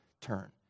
turn